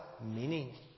meaning